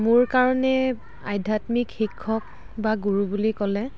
মোৰ কাৰণে আধ্যাত্মিক শিক্ষক বা গুৰু বুলি ক'লে